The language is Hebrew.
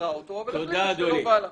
מכירה אותו, אבל החליטה שלא בא לה.